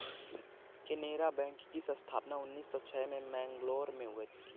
Canara Bank की स्थापना उन्नीस सौ छह में मैंगलोर में हुई